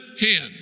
hand